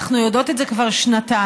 אנחנו יודעות את זה כבר שנתיים,